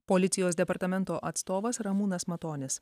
policijos departamento atstovas ramūnas matonis